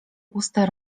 usta